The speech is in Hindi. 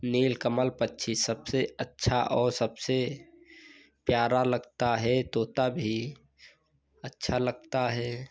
नीलकमल पक्षी सबसे अच्छा और सबसे प्यारा लगता है तोता भी अच्छा लगता है